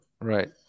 right